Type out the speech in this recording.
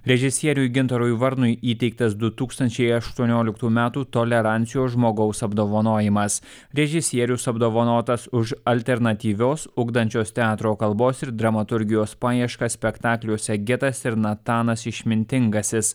režisieriui gintarui varnui įteiktas du tūkstančiai aštuonioliktų metų tolerancijos žmogaus apdovanojimas režisierius apdovanotas už alternatyvios ugdančios teatro kalbos ir dramaturgijos paieškas spektakliuose getas ir natanas išmintingasis